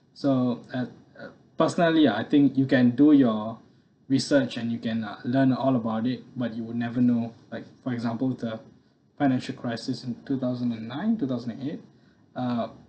so uh uh personally I think you can do your research and you can uh learn all about it but you will never know like for example the financial crisis in two thousand and nine two thousand and eight uh